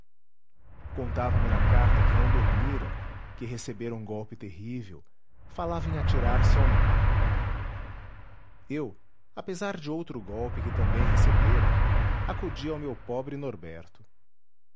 contava-me na carta que não dormira que recebera um golpe terrível falava em atirar-se ao mar eu apesar de outro golpe que também recebera acudi ao meu pobre norberto